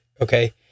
Okay